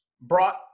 brought